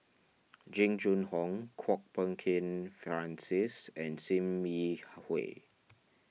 Jing Jun Hong Kwok Peng Kin Francis and Sim Yi Hui